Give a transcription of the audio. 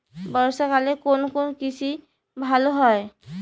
বর্ষা কালে কোন কোন কৃষি ভালো হয়?